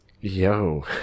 Yo